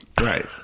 Right